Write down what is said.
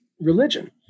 religion